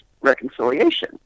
reconciliation